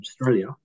Australia